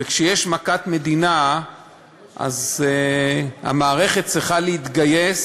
וכשיש מכת מדינה אז המערכת צריכה להתגייס